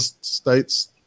states